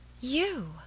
You